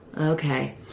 Okay